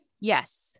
Yes